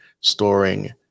storing